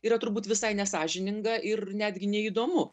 yra turbūt visai nesąžininga ir netgi neįdomu